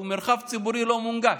הוא מרחב ציבורי לא מונגש.